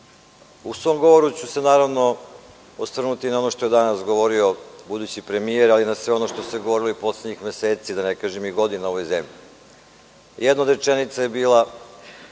u svom govoru ću se osvrnuti na ono što je danas govorio budući premijer, ali i na sve ono što se govorilo i poslednjih meseci, da ne kažem i godina, u ovoj zemlji. Jedno od rečenica je bila